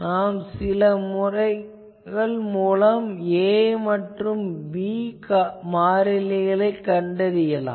நாம் சில முறைகள் மூலம் a b மாறிலிகளைக் கண்டறியலாம்